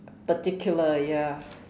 particular ya